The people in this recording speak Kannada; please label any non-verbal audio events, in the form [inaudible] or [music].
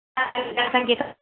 [unintelligible] ಜನಸಂಖ್ಯೆ ಕ